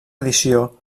edició